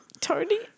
Tony